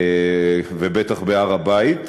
ובטח בהר-הבית,